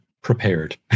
prepared